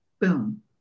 boom